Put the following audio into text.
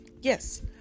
Yes